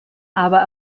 aber